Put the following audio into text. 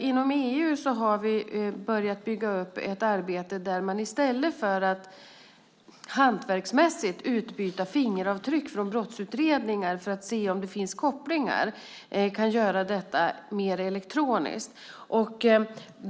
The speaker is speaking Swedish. Inom EU har vi börjat bygga upp ett arbete där man i stället för att hantverksmässigt utbyta fingeravtryck från brottsutredningar, för att se om det finns kopplingar, kan göra det mer elektroniskt.